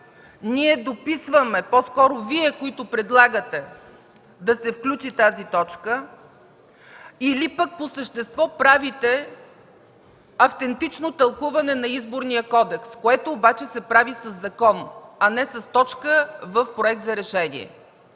ние дописваме – по-скоро Вие, които предлагате да се включи тази точка, или по същество правите автентично тълкуване на Изборния кодекс, което обаче се прави със закон, а не с точка в проект за решение.